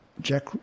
Jack